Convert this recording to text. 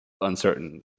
uncertain